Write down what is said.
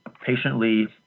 patiently